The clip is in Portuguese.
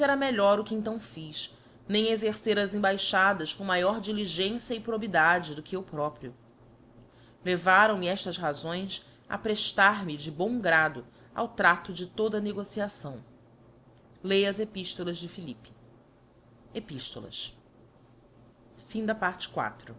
melhor o que então fiz nem exercera as embaixadas com maior diligencia e probidade do que eu próprio levaram-me eftas razoes a preftar me de bom grado ao traâo de toda a negociação lê as epiftolas de philippe epistolas a